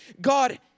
God